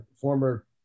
former